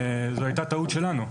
זו הייתה טעות שלנו.